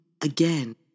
again